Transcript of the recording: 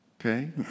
Okay